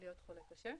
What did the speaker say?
להיות חולה קשה,